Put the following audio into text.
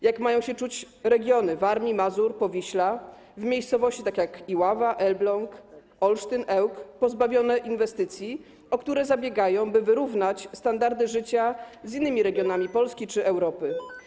Jak mają się czuć regiony Warmii i Mazur, Powiśla, takie miejscowości jak Iława, Elbląg, Olsztyn, Ełk pozbawione inwestycji, o które zabiegają, by wyrównać standardy życia z innymi regionami Polski czy Europy?